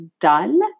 done